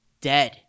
Dead